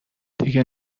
دیگه